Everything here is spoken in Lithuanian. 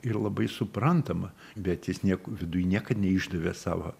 ir labai suprantama bet jis nieko viduj niekad neišdavė savo